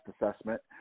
assessment